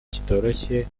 kitoroshye